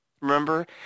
Remember